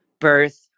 birth